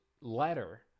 letter